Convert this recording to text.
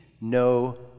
no